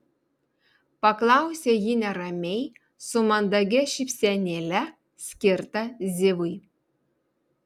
paklausė ji neramiai su mandagia šypsenėle skirta zivui